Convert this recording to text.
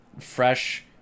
fresh